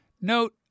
Note